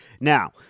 Now